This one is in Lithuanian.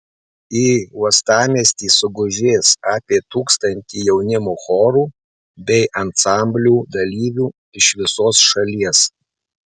į uostamiestį sugužės apie tūkstantį jaunimo chorų bei ansamblių dalyvių iš visos šalies